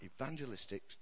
evangelistic